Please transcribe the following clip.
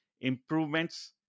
improvements